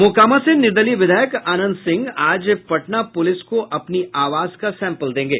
मोकामा से निर्दलीय विधायक अनंत सिंह आज पटना पूलिस को अपनी आवाज का सैंपल देंगे